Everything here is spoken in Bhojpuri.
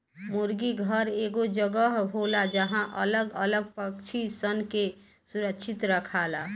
मुर्गी घर एगो जगह होला जहां अलग अलग पक्षी सन के सुरक्षित रखाला